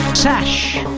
Sash